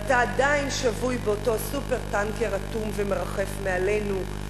ואתה עדיין שבוי באותו "סופר-טנקר" אטום ומרחף מעלינו.